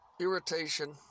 irritation